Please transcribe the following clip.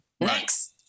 Next